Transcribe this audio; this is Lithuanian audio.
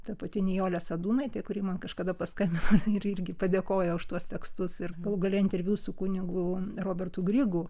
ta pati nijolė sadūnaitė kuri man kažkada paskambino ir irgi padėkojo už tuos tekstus ir galų gale interviu su kunigu robertu grigu